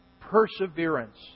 perseverance